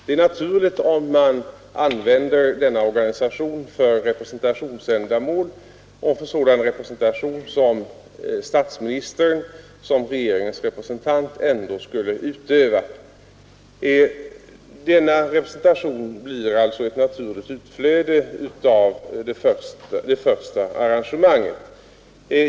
Det är naturligt om man använder denna organisation för representationsändamål och för sådan representation som statsministern som regeringens representant ändå skulle utöva. Denna representation blir alltså ett naturligt utflöde av det första arrangemanget.